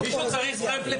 23:29.